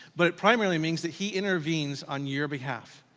but it primarily means that he intervenes on your behalf.